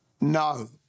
no